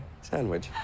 sandwich